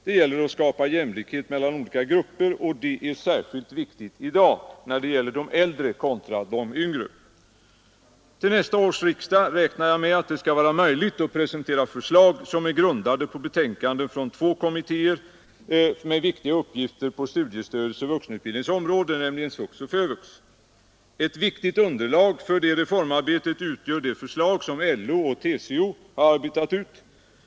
Det är fråga om att skapa jämställdhet mellan olika grupper. I dag är det särskilt viktigt när det gäller de äldre kontra de yngre. Till nästa års riksdag räknar jag med att det skall vara möjligt att presentera förslag som är grundade på betänkanden från två kommittéer med viktiga uppgifter på studiestödets och vuxenutbildningens område, nämligen SVUX och FÖVUX. Ett viktigt underlag för detta reformarbete utgör det förslag som LO och TCO arbetat ut.